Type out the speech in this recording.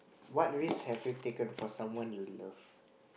what risk have you taken for someone you love